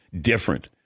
different